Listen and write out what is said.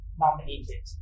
nominated